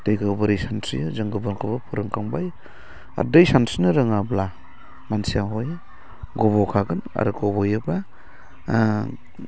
दैखौ बोरै सानस्रियो जों गुबुनखौबो फोरोंखांबाय आरो दै सानस्रिनो रोङाब्ला मानसिया हय गबखागोन आरो गबयोबा